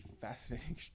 fascinating